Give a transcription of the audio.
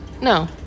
No